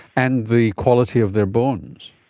and the quality of their bones.